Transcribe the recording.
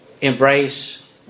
embrace